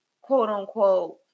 quote-unquote